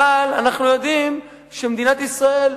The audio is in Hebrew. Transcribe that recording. אבל אנחנו יודעים שמדינת ישראל,